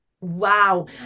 wow